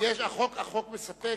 כי החוק מספק.